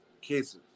cases